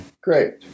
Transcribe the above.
great